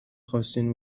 خواستین